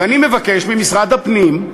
ואני מבקש ממשרד הפנים,